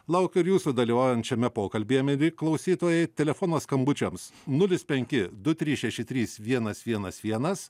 laukiu ir jūsų dalyvaujant šiame pokalbyje mieli klausytojai telefono skambučiams nulis penki du trys šeši trys vienas vienas vienas